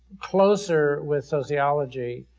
closer with sociology,